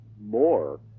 more